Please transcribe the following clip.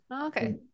Okay